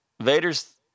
Vader's